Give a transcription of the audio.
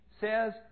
says